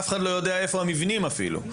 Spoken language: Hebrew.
ואף אחד לא יודע איפה המבנים האלה אפילו.